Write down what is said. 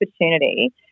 opportunity